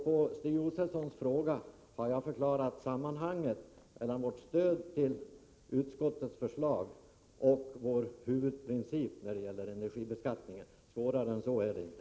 På Stig Josefsons fråga har jag förklarat sammanhanget mellan vårt stöd till utskottets förslag och vår huvudprincip när det gäller energibeskattningen. Svårare än så är det inte.